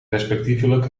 respectievelijk